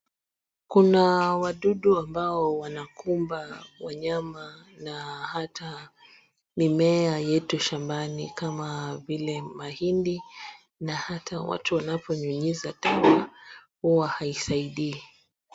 Kuna wadudu ambao wanakumba wanyama na hata mimea yetu shambani kama vile mahindi, na hata watu wanaponyunyiza dawa huwa haisaidii.